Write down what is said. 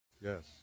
Yes